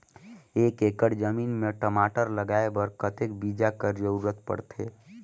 एक एकड़ जमीन म टमाटर लगाय बर कतेक बीजा कर जरूरत पड़थे?